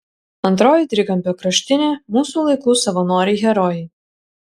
antroji trikampio kraštinė mūsų laikų savanoriai herojai